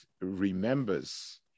remembers